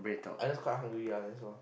I just quite hungry ya that's all